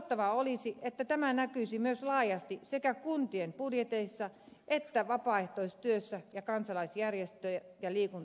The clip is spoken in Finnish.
toivottavaa olisi että tämä näkyisi myös laajasti sekä kuntien budjeteissa että vapaaehtoistyössä ja kansalaisjärjestö ja liikuntatyössä